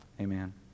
Amen